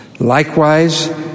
Likewise